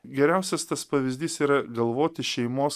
geriausias tas pavyzdys yra galvoti šeimos